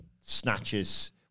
snatches